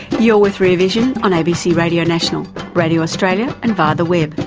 you're with rear vision on abc radio national radio australia and via the web.